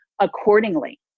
accordingly